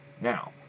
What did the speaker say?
Now